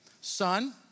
son